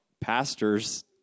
pastors